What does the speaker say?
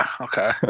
okay